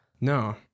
No